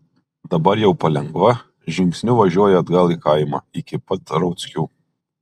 dabar jau palengva žingsniu važiuoja atgal į kaimą iki pat rauckių